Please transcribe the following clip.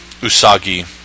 Usagi